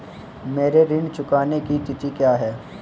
मेरे ऋण चुकाने की तिथि क्या है?